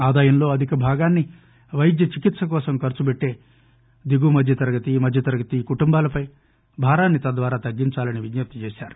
ఆదాయంలో అధికభాగాన్ని వైద్య చికిత్స కోసం ఖర్చు పెట్టే దిగువ మధ్య తరగతి మధ్య తరగతి కుటుంబాలపై భారాన్ని తద్వారా తగ్గించాలని కోరారు